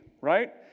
right